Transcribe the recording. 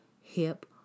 hip